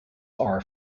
are